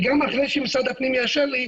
וגם אחרי שמשרד הפנים יאשר לי,